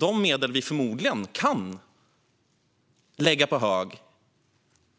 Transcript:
De medel vi kan lägga på hög